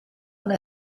una